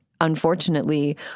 unfortunately